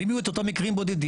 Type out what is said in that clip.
אם יהיו את אותם מקרים בודדים,